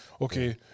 Okay